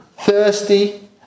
thirsty